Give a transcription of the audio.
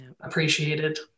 appreciated